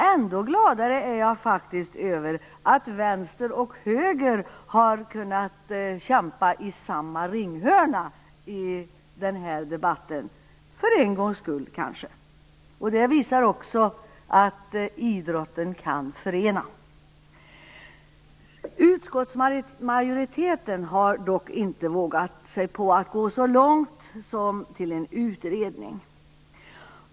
Ändå gladare är jag över att vänstern och högern för en gångs skull har kunnat kämpa i samma ringhörna i denna debatt. Det visar också att idrotten kan förena. Utskottsmajoriteten har dock inte vågat sig på att gå så långt som till en utredning.